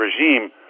regime